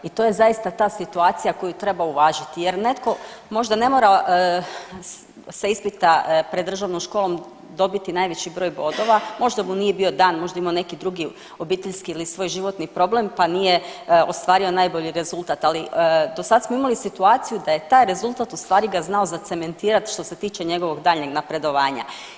I to je zaista ta situacija koju treba uvažiti jer netko možda ne mora sa ispita pred državnom školom dobiti najveći broj bodova, možda mu nije bio dan, možda je imao neki drugi obiteljski ili svoj životni problem pa nije ostvario najbolji rezultat, ali do sad smo imali situaciju da je taj rezultat ustvari ga znao zacementirati što se tiče njegovog daljnjeg napredovanja.